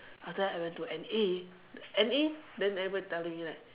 after I went to N_A N_A then everybody tell me like